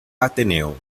ateneo